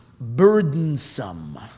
burdensome